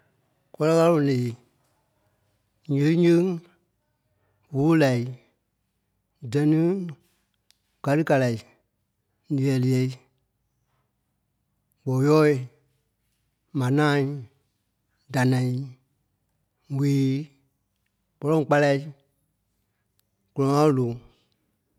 Gɔ́lɛ ɣaloŋ leei Nyéŋ yeŋ Vûu laɣii Dɛ́niŋ Gâli kalai Niɣɛ liɣɛi Gbɔɔyɔɔ̂i Manâai Danai ŋweei Bɔ̂rɔŋ kpálai Gɔ́lɛ ɣaloŋ loŋ